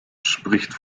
spricht